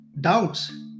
doubts